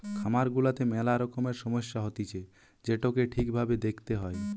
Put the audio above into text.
খামার গুলাতে মেলা রকমের সমস্যা হতিছে যেটোকে ঠিক ভাবে দেখতে হয়